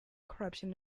corruption